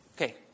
Okay